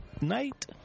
night